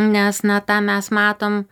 nes na tą mes matom